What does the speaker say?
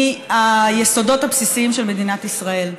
מהיסודות הבסיסיים של מדינת ישראל.